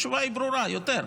התשובה היא ברורה: יותר.